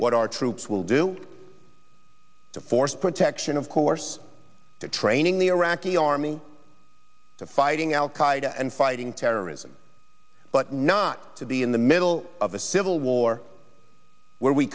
what our troops will do to force protection of course to training the iraqi army to fighting al qaida and fighting terrorism but not to be in the middle of a civil war where we